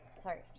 Sorry